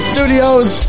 Studios